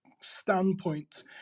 standpoint